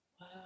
Wow